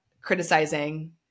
criticizing